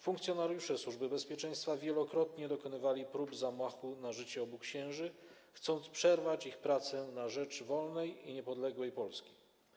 Funkcjonariusze Służby Bezpieczeństwa wielokrotnie dokonywali prób zamachu na życie obu księży, chcąc przerwać ich pracę na rzecz wolnej i niepodległej Polski.